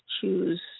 choose